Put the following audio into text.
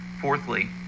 Fourthly